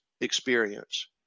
experience